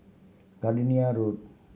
Gardenia Road